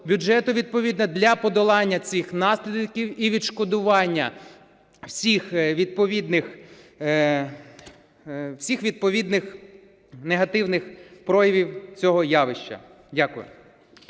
для подолання цих наслідків і відшкодування всіх відповідних негативних проявів цього явища.